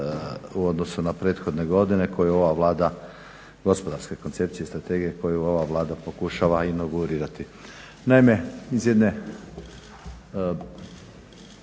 u odnosu na prethodne godine koja ova Vlada gospodarske koncepcije i strategije koju ova Vlada pokušava inaugurirati. Naime, iz jedne